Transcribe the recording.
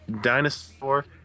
Dinosaur